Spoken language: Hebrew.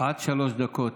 עד שלוש דקות.